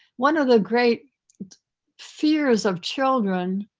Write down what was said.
one of the great fears of children,